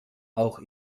auch